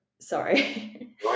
Sorry